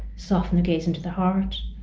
soften the gaze into the heart,